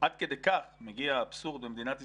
עד כדי כך מגיע האבסורד במדינת ישראל,